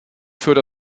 für